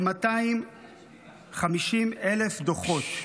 ל-250,000 דוחות.